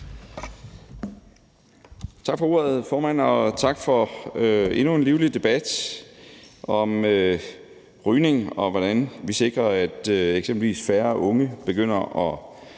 Tak for ordet, formand, og tak for endnu en livlig debat om rygning og hvordan vi sikrer, at eksempelvis færre unge begynder at